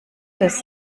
des